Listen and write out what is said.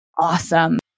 awesome